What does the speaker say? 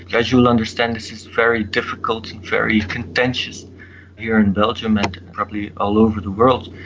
as you'll understand, this is very difficult and very contentious here in belgium and probably all over the world.